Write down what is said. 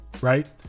Right